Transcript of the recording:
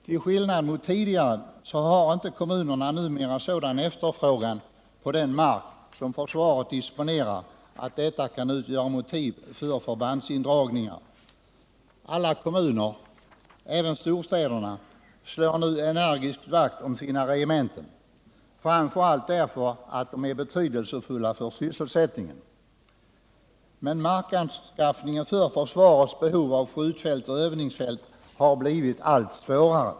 Till skillnad mot tidigare har kommunerna numera inte sådan efterfrågan på den mark som försvaret disponerar att detta kan utgöra motiv för förbandsindragningar. Alla kommuner, även storstäderna, slår nu energiskt vakt om sina regementen, framför allt därför att de är betydelsefulla för sysselsättningen. Men markanskaffningen för att täcka försvarets behov av skjutfält och övningsfält har blivit allt svårare.